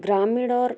ग्रामीण और